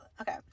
Okay